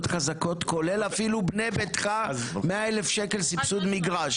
חזקות כולל אפילו בני ביתך 100,000 שקלים סבסוד מגרש.